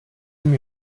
čem